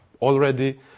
already